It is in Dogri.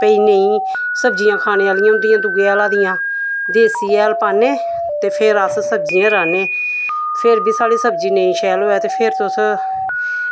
भई नेईं सब्जियां खाने आह्लियां होंदियां दुए हैला दियां देसी हैल पान्ने ते फिर अस सब्जियां राह्ने फिर बी साढ़ी सब्जी नेईं शैल होऐ ते फिर तुस